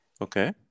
Okay